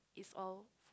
is all